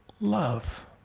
love